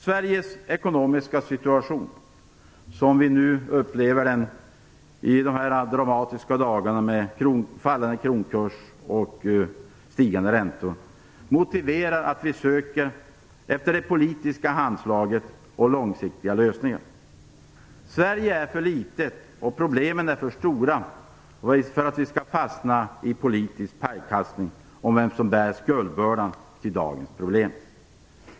Sveriges ekonomiska situation som vi upplever den i dessa dramatiska dagar, med fallande kronkurs och stigande räntor, motiverar att vi söker efter det politiska handslaget och långsiktiga lösningar. Sverige är för litet och problemen är för stora för att vi skall fastna i politisk pajkastning om vem som bär skuldbördan när det gäller dagens problem.